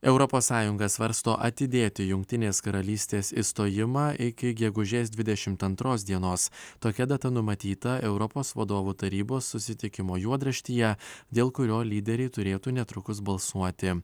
europos sąjunga svarsto atidėti jungtinės karalystės išstojimą iki gegužės dvidešimt antros dienos tokia data numatyta europos vadovų tarybos susitikimo juodraštyje dėl kurio lyderiai turėtų netrukus balsuoti